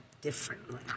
differently